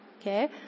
okay